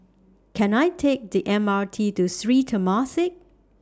Can I Take The M R T to Sri Temasek